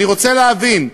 אני רוצה להבין.